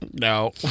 No